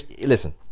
listen